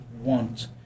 want